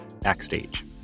Backstage